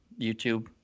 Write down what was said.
YouTube